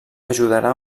ajudarà